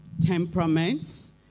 temperaments